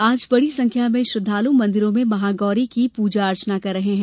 आज बड़ी संख्या में श्रद्वालु मंदिरों में महागौरी की पूजा अर्चना कर रहे हैं